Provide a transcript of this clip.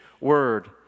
word